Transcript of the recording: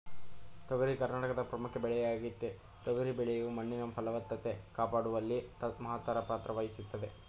ತೊಗರಿ ಕರ್ನಾಟಕದ ಪ್ರಮುಖ ಬೆಳೆಯಾಗಯ್ತೆ ತೊಗರಿ ಬೆಳೆಯು ಮಣ್ಣಿನ ಫಲವತ್ತತೆ ಕಾಪಾಡುವಲ್ಲಿ ಮಹತ್ತರ ಪಾತ್ರವಹಿಸ್ತದೆ